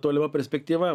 tolima perspektyva